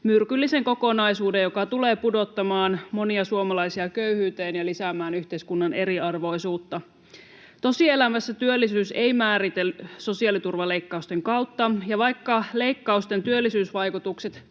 myrkyllisen kokonaisuuden, joka tulee pudottamaan monia suomalaisia köyhyyteen ja lisäämään yhteiskunnan eriarvoisuutta. Tosielämässä työllisyyttä ei määritellä sosiaaliturvaleikkausten kautta, ja vaikka leikkausten työllisyysvaikutukset